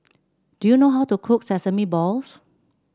do you know how to cook Sesame Balls